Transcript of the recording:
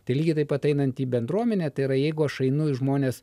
tai lygiai taip einant į bendruomenę tai yra jeigu aš einu į žmones